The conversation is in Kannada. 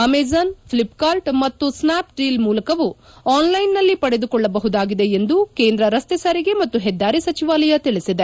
ಅಮೆಜಾನ್ ಫ್ಲಿಪ್ ಕಾರ್ಟ್ ಮತ್ತು ಸ್ಟಾಪ್ಡೀಲ್ ಮೂಲಕವೂ ಆನ್ಲೈನ್ನಲ್ಲಿ ಪಡೆದುಕೊಳ್ಳಬಹುದಾಗಿದೆ ಎಂದು ಕೇಂದ್ರ ರಸ್ತೆ ಸಾರಿಗೆ ಮತ್ತು ಹೆದ್ದಾರಿ ಸಚಿವಾಲಯ ತಿಳಿಸಿದೆ